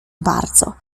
bardzo